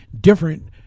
different